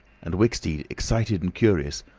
and wicksteed, excited and curious,